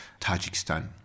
Tajikistan